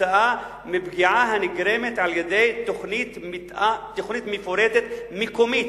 כתוצאה מפגיעה הנגרמת על-ידי תוכנית מפורטת מקומית,